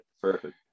Perfect